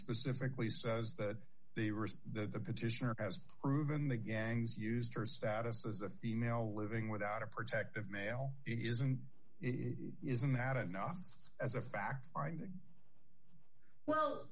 specifically says that they were the petitioner has proven the gangs used her status as a female living without a protective male it isn't it isn't that enough as a fact finding well